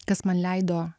kas man leido